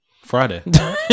Friday